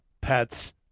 pets